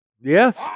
Yes